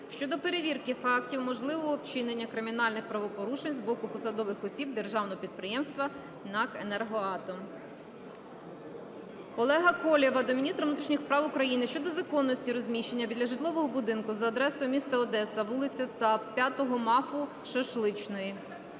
щодо перевірки фактів можливого вчинення кримінальних правопорушень з боку посадових осіб Державного підприємства "НАЕК Енергоатом". Олега Колєва до міністра внутрішніх справ України щодо законності розміщення біля житлового будинку за адресою: м. Одеса, вул. ЦАП, 5 МАФу, шашличної.